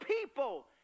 people